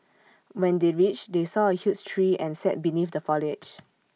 when they reached they saw A huge tree and sat beneath the foliage